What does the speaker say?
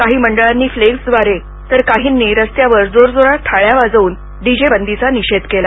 काही मंडळांनी फ्लेक्सद्वारे तर काहींनी रस्त्यावर जोरजोरात थाळ्या वाजवून डीजेबंदीचा निषेध केला